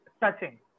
touching